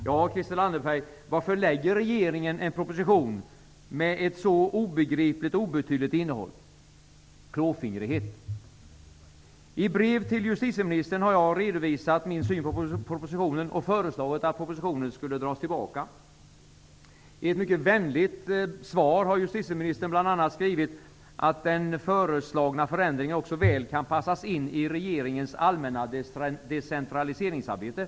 Ja, Christel Anderberg, varför lägger regeringen fram en proposition med ett så obegripligt och obetydligt innehåll? Klåfingrighet. I brev till justitieministern har jag redovisat min syn på propositionen och föreslagit att propositionen skulle dras tillbaka. I ett mycket vänligt svar har justitieministern bl.a. skrivit att ''den föreslagna förändringen också väl kan passas in i regeringens allmänna decentraliseringsarbete''.